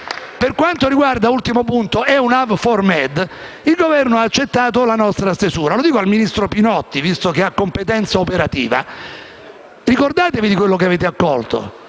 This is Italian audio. Per quanto riguarda EUNAVFOR MED, il Governo ha accettato la nostra stesura. Lo dico al ministro Pinotti, visto che ha competenza operativa. Ricordatevi di quello che avete accolto.